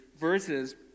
verses